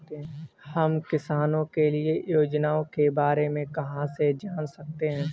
हम किसानों के लिए योजनाओं के बारे में कहाँ से जान सकते हैं?